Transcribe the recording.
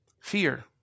Fear